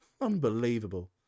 Unbelievable